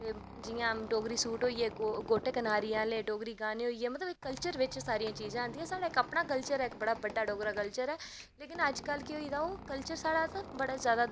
जियां डोगरी सूट होई गे गोटे कनारी आह्ले डोगरी गाने होई गे मतलव साढ़े कल्चर बिच्च एह् चीजां आंदियां साढ़ा डोगरा कल्चर ऐ इक बड़ा बड्डा लेकिन अज्ज कल केह् होआ दा ओह्